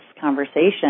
conversation